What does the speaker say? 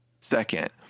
Second